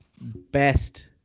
best